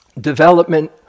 development